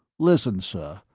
listen, sir,